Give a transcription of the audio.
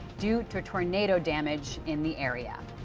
due to tornado damage in the area.